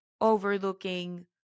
overlooking